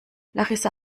larissa